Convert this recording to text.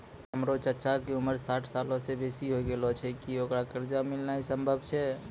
हमरो चच्चा के उमर साठ सालो से बेसी होय गेलो छै, कि ओकरा कर्जा मिलनाय सम्भव छै?